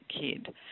kid